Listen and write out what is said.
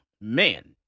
man